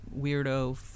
weirdo